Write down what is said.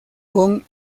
con